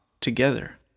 together